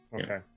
Okay